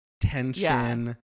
Tension